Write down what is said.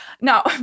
Now